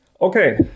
Okay